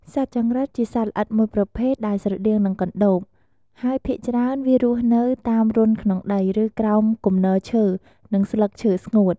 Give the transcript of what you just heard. សត្វចង្រិតជាសត្វល្អិតមួយប្រភេទ ដែលស្រដៀងនឹងកណ្ដូប ហើយភាគច្រើន វារស់នៅតាមរន្ធក្នុងដី ឬក្រោមគំនរឈើ និង ស្លឹកឈើស្ងួត។ ។